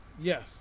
Yes